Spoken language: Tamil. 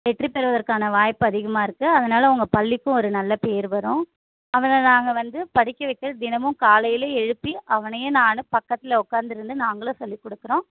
வெற்றி பெறுவதற்கான வாய்ப்பு அதிகமாக இருக்குது அதனால் உங்கள் பள்ளிக்கும் ஒரு நல்ல பேர் வரும் அவனை நாங்கள் வந்து படிக்க வைக்க தினமும் காலையில எழுப்பி அவனையும் நான் பக்கத்தில் உட்காந்து இருந்து நாங்களும் சொல்லி கொடுக்குறோம்